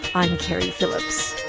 i'm keri phillips.